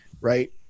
right